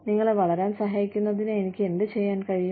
നിങ്ങളെ വളരാൻ സഹായിക്കുന്നതിന് എനിക്ക് എന്തുചെയ്യാൻ കഴിയും